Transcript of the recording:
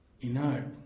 inert